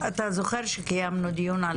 אתה זוכר שקיימנו דיון על זה לפני שבועיים?